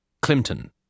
Clinton